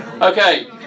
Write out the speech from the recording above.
Okay